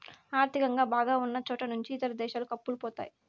ఆర్థికంగా బాగా ఉన్నచోట నుంచి ఇతర దేశాలకు అప్పులు పోతాయి